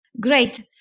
great